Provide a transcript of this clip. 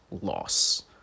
loss